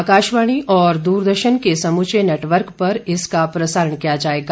आकाशवाणी और दूरदर्शन के समूचे नेटवर्क पर इसका प्रसारण किया जाएगा